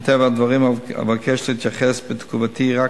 מטבע הדברים אבקש להתייחס בתגובתי רק